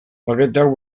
paketeak